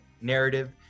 narrative